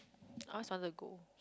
I always want to go